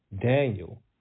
Daniel